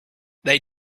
they